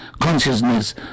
consciousness